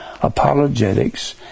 apologetics